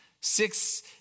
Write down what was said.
six